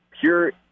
pure